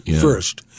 first